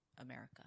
America